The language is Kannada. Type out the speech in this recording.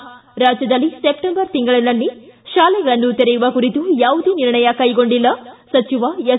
ಿ ರಾಜ್ದದಲ್ಲಿ ಸೆಪ್ಟೆಂಬರ್ ತಿಂಗಳಿನಲ್ಲಿ ಶಾಲೆಗಳನ್ನು ತೆರೆಯುವ ಕುರಿತು ಯಾವುದೇ ನಿರ್ಣಯ ಕೈಗೊಂಡಿಲ್ಲ ಸಚಿವ ಎಸ್